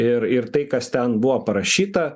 ir ir tai kas ten buvo parašyta